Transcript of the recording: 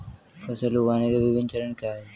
फसल उगाने के विभिन्न चरण क्या हैं?